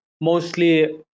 mostly